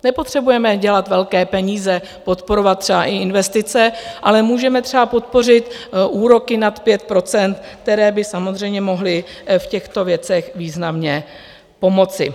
Nepotřebujeme dělat velké peníze, podporovat třeba i investice, ale můžeme třeba podpořit úroky nad 5 %, které by samozřejmě mohly v těchto věcech významně pomoci.